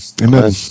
Amen